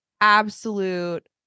absolute